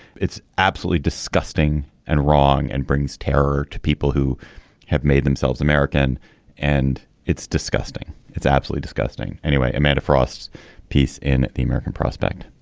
it's absolutely disgusting and wrong and brings terror to people who have made themselves american and it's disgusting. it's absolutely disgusting anyway. amanda frost's piece in the american prospect